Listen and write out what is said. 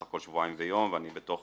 סך הכול שבועיים ויום ואני בתוך